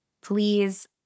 please